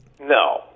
No